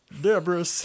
Debris